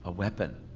ah weapon